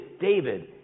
David